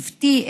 שבטי,